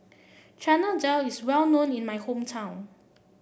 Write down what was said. Chana Dal is well known in my hometown